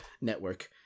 network